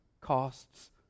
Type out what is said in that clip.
costs